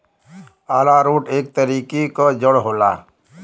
आरारोट एक तरीके क जड़ होला